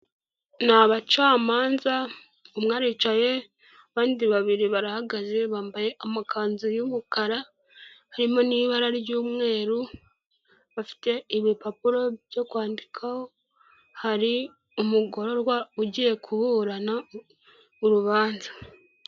Ni abacamanza, umwe aricaye abandi babiri barahagaze bambaye amakanzu y'umukara harimo n'ibara ry'umweru, bafite ibipapuro byo kwandikaho, hari umugororwa ugiye kuburana urubanza.